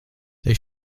they